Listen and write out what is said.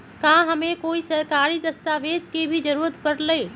का हमे कोई सरकारी दस्तावेज के भी जरूरत परे ला?